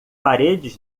paredes